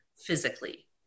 physically